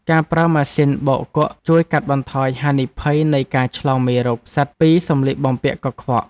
ការប្រើប្រាស់ម៉ាស៊ីនបោកគក់ជួយកាត់បន្ថយហានិភ័យនៃការឆ្លងមេរោគផ្សិតពីសម្លៀកបំពាក់កខ្វក់។